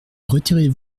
retirez